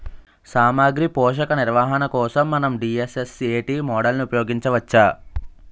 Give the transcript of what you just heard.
సామాగ్రి పోషక నిర్వహణ కోసం మనం డి.ఎస్.ఎస్.ఎ.టీ మోడల్ని ఉపయోగించవచ్చా?